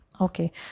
Okay